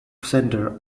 center